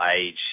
Age